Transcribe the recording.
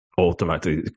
automatically